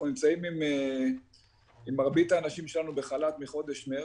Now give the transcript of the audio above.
נמצאים עם מרבית האנשים שלנו בחל"ת מחודש מרץ.